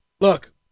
Look